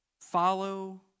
Follow